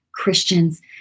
Christians